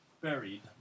buried